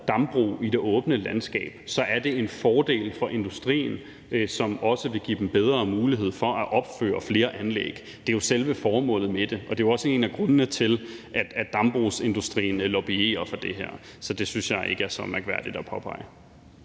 dambrug i det åbne landskab, er det en fordel for industrien, som også vil give dem bedre mulighed for at opføre flere anlæg. Det er jo selve formålet med det. Og det er også en af grundene til, at dambrugsindustrien lobbyer for det her. Så det synes jeg ikke er så mærkværdigt at påpege.